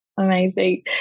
Amazing